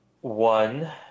one